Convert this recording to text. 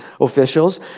officials